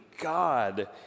God